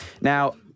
Now